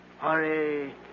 Hurry